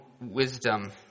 wisdom